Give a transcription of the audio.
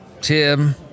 Tim